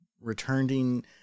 returning